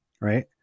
right